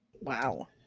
Wow